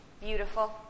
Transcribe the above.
Beautiful